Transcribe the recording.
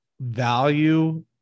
value